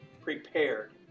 prepared